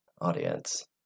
audience